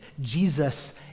Jesus